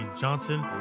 Johnson